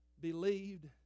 believed